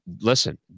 listen